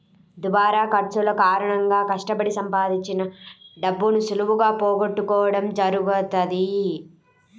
దుబారా ఖర్చుల కారణంగా కష్టపడి సంపాదించిన డబ్బును సులువుగా పోగొట్టుకోడం జరుగుతది